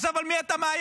עכשיו, על מי אתה מאיים?